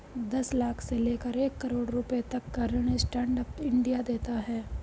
दस लाख से लेकर एक करोङ रुपए तक का ऋण स्टैंड अप इंडिया देता है